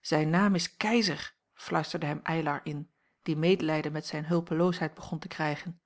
zijn naam is keizer fluisterde hem eylar in die medelijden met zijn hulpeloosheid begon te krijgen